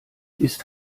ist